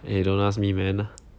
eh don't ask me man